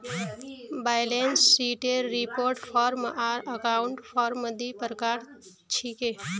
balance शीटेर report form आर account form दी प्रकार छिके